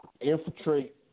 infiltrate